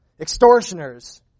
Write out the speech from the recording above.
extortioners